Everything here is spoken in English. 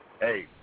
Hey